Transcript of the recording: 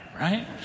right